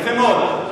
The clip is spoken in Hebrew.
יפה מאוד.